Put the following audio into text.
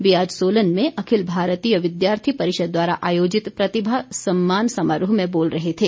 वे आज सोलन में अखिल भारतीय विद्यार्थी परिषद द्वारा आयोजित प्रतिभा सम्मान समारोह में बोल रहे थे